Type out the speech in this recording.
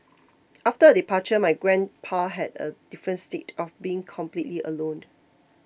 after her departure my grandpa had a different state of being completely alone